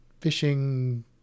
fishing